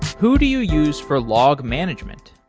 who do you use for log management?